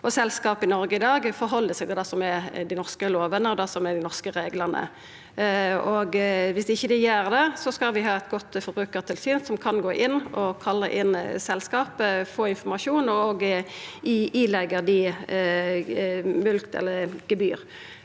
selskap i Noreg i dag forheld seg til det som er dei norske lovene og reglane. Dersom dei ikkje gjer det, skal vi ha eit godt forbrukartilsyn som kan gå inn og kalla inn selskap, få informasjon og gi dei mulkt eller gebyr.